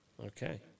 Okay